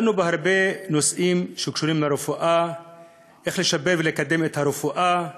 דנו בהרבה נושאים שקשורים לרפואה ואיך לשפר ולקדם את הרפואה,